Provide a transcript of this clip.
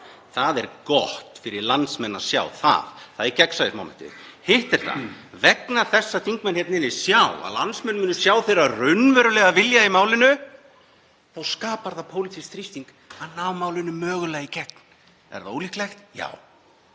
Það er gott fyrir landsmenn að sjá það. Það er „gegnsæismómentið“. Hitt er það að vegna þess að þingmenn hérna inni sjá að landsmenn munu sjá þeirra raunverulega vilja í málinu þá skapar það pólitískan þrýsting á að ná málinu mögulega í gegn. Er það ólíklegt? Já.